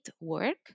work